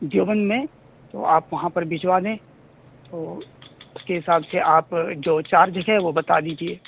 دیوبند میں تو آپ وہاں پر بھجوا دیں تو اس کے حساب سے آپ جو چارج ہے وہ بتا دیجیے